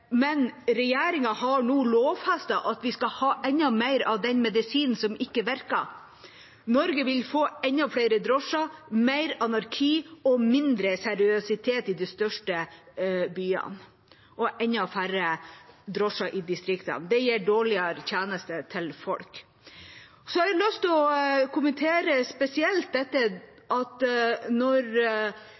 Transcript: men regjeringa har nå lovfestet at vi skal ha enda mer av den medisinen som ikke virker. Norge vil få enda flere drosjer, mer anarki, mindre seriøsitet i de største byene og enda færre drosjer i distriktene. Det gir dårligere tjenester til folk. Jeg har lyst til å kommentere spesielt at